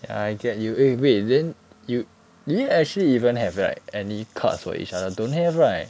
ya I get you eh wait then you did we actually even have like any cards for each other don't have right